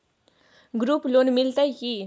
Group loan मिलतै की?